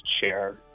share